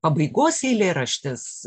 pabaigos eilėraštis